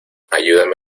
ayúdame